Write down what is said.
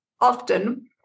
often